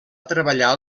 treballar